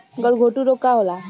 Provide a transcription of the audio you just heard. गलघोटू रोग का होला?